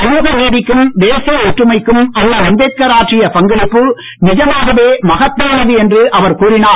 சமூக நீதிக்கும் தேசிய ஒற்றுமைக்கும் அண்ணல் அம்பேத்கார் ஆற்றிய பங்களிப்பு நிஜமாகவே மகத்தானது என்று அவர் கூறினார்